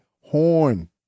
horn